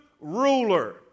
ruler